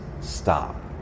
stop